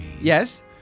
Yes